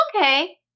okay